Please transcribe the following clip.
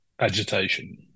agitation